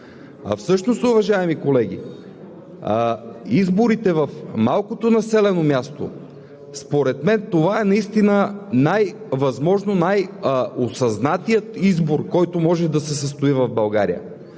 всъщност, уважаеми колеги, изборите в малкото населено място според мен това е наистина възможно най-осъзнатият избор, който може да се състои в България,